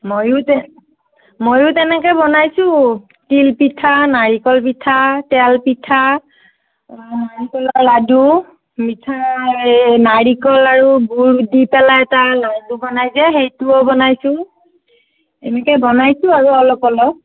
ময়ো তেনে ময়ো তেনেকৈ বনাইছোঁ তিলপিঠা নাৰিকল পিঠা তেলপিঠা নাৰিকলৰ লাৰু মিঠা এই নাৰিকল আৰু গুৰ দি পেলাই এটা লাড়ু বনাই যে সেইটোও বনাইছোঁ এনেকৈ বনাইছোঁ আৰু অলপ অলপ